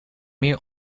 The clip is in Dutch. meer